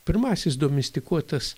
pirmasis domestikuotas